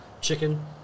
chicken